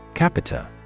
Capita